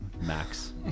max